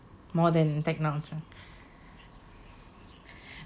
more than technology